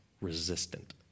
Resistant